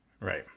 right